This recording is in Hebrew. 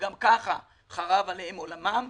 שגם ככה חרב עליהם עולמם,